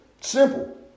Simple